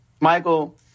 Michael